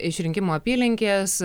iš rinkimų apylinkės